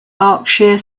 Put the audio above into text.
berkshire